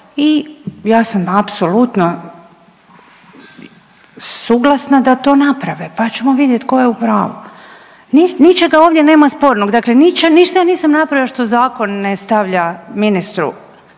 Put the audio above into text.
i ja sam apsolutno suglasna da to naprave, pa ćemo vidjeti tko je u pravu. Ničega ovdje nema spornog, dakle ništa ja nisam napravila što zakon ne stavlja ministru